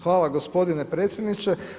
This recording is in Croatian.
Hvala gospodine predsjedniče.